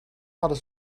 hadden